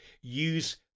use